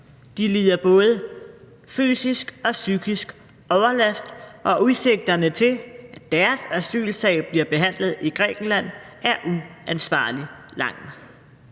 de lider både fysisk og psykisk overlast, og udsigterne til, at deres asylsag bliver behandlet i Grækenland, er uansvarligt lange.